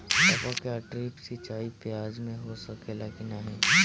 टपक या ड्रिप सिंचाई प्याज में हो सकेला की नाही?